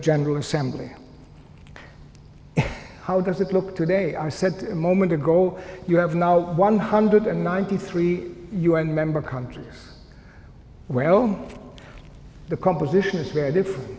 assembly how does it look today i said a moment ago you have now one hundred and ninety three un member countries where all the composition is very different